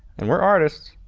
and we are artists.